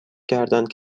کردند